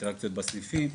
אינטראקציות בסניפים.